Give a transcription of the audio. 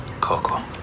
Coco